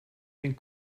den